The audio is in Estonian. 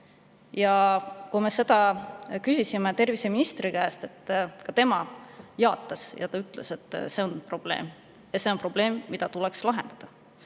Ja kui me selle kohta küsisime terviseministri käest, siis ka tema jaatas ja ütles, et see on probleem, ja see on probleem, mis tuleks lahendada.